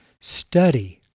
Study